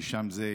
ששם זה יום-יום,